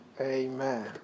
Amen